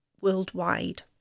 worldwide